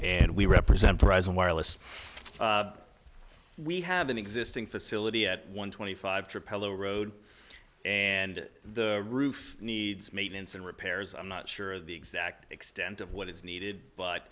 and we represent present wireless we have an existing facility at one twenty five trip pellow road and the roof needs maintenance and repairs i'm not sure the exact extent of what is needed but